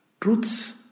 truth's